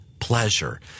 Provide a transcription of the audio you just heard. pleasure